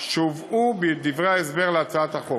שהובאו בדברי ההסבר להצעת החוק.